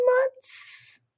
months